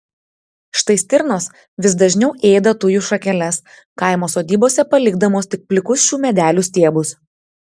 štai stirnos vis dažniau ėda tujų šakeles kaimo sodybose palikdamos tik plikus šių medelių stiebus